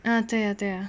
啊对呀对呀